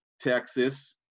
Texas